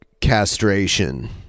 Castration